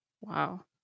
Wow